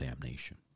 damnation